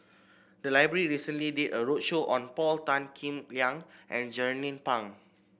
the library recently did a roadshow on Paul Tan Kim Liang and Jernnine Pang